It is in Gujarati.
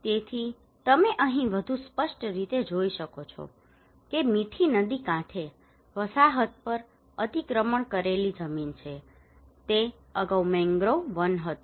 તેથી તમે અહીં વધુ સ્પષ્ટ રીતે જોઈ શકો છો કે મીઠી નદી કાંઠે વસાહત પર અતિક્રમણ કરેલી જમીન છે તે અગાઉ મેંગ્રોવ વન હતું